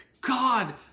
God